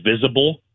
visible